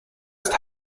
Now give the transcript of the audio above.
ist